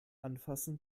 anfassen